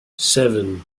seven